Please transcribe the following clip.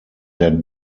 der